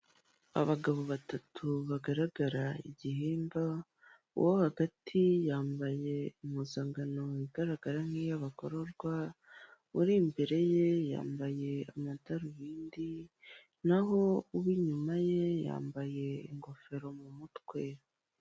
Abagabo batatu bagaragara igihimba uwo hagati yambaye impuzankano igaragara nk'iy'abagororwa, uri imbere ye yambaye amadarubindi. naho uwinyuma ye yambaye ingofero mu mutwe.